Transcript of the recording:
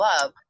love